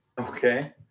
okay